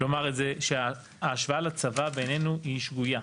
לומר את זה, שההשוואה לצבא בעינינו היא שגויה.